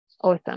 awesome